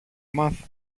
μάθω